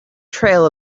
trail